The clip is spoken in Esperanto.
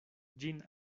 ĝin